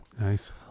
Nice